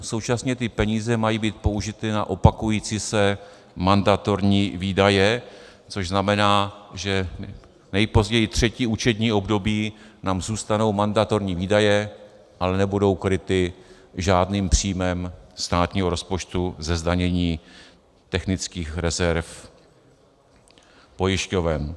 Současně ty peníze mají být použity na opakující se mandatorní výdaje, což znamená, že nejpozději třetí účetní období nám zůstanou mandatorní výdaje, ale nebudou kryty žádným příjmem státního rozpočtu ze zdanění technických rezerv pojišťoven.